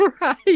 right